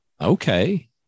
Okay